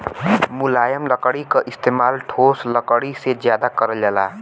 मुलायम लकड़ी क इस्तेमाल ठोस लकड़ी से जादा करल जाला